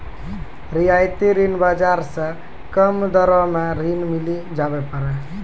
रियायती ऋण बाजार से कम दरो मे ऋण मिली जावै पारै